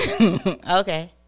Okay